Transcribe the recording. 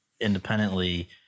independently